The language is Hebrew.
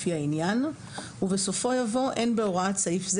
לפי העניין"; ובסופו יבוא אין בהוראת סעיף זה